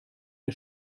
der